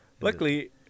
Luckily